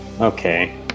Okay